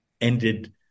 ended